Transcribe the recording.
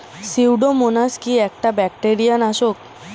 Pseudomonas কি একটা bacteria নাশক?